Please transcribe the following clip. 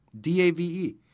D-A-V-E